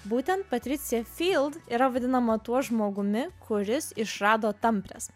būtent patricija yra vadinama tuo žmogumi kuris išrado tampres